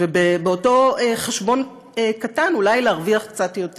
ובאותו חשבון קטן אולי להרוויח קצת יותר.